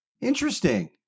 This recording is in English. Interesting